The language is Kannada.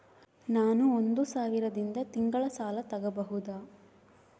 ನಾನು ಒಂದು ಸಾವಿರದಿಂದ ತಿಂಗಳ ಸಾಲ ತಗಬಹುದಾ?